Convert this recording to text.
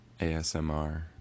ASMR